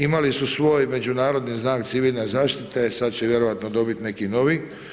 Imali su svoj međunarodni znak civilne zaštite, sad će vjerojatno dobiti neki novi.